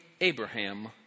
Abraham